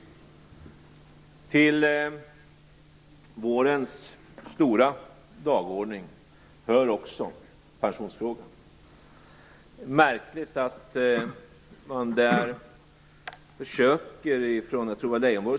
Till vårens stora dagordning hör också pensionsfrågan. Det är märkligt att Leijonborg försöker misstänkliggöra våra ambitioner.